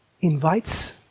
invites